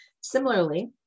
Similarly